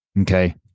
Okay